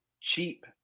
cheap